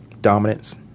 Dominance